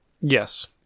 Yes